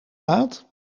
laat